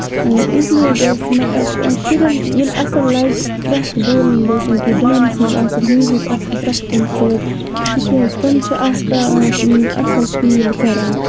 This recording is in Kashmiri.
اس لیے گژھِ مطلب شُرٮ۪ن ییٚلہِ اَصٕل لَگہِ پرٮ۪تھ بورِنگ گژھِ نہٕ کینٛہہ ڈانسِنگ آسیکھ موٗزِک آسیکھ پرٮ۪تھ کُنہِ سۭتۍ تِکیازِ تِم چھِ اکھ اَصٕل فیٖل کران